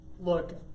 look